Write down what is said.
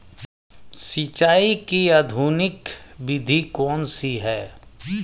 सिंचाई की आधुनिक विधि कौन सी है?